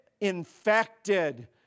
infected